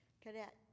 cadet